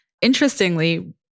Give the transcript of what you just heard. Interestingly